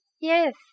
Yes